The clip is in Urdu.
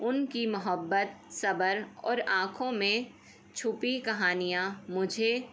ان کی محبت صبر اور آنکھوں میں چھپی کہانیاں مجھے